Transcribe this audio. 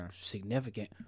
significant